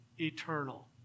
eternal